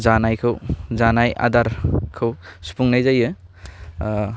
जानायखौ जानाय आदारखौ सुफुंनाय जायो